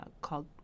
called